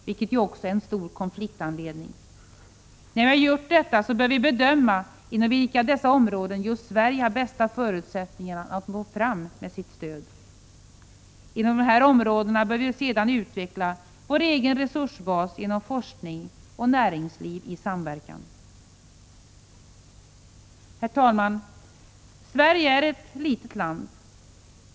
Orättvisa är en viktig anledning till konflikter. När vi gjort detta bör vi bedöma inom vilka av dessa områden just Sverige har bästa förutsättningar att nå fram med sitt stöd. Inom dessa områden bör vi sedan utveckla vår egen resursbas genom forskning och näringsliv i samverkan. Herr talman! Sverige är ett litet land.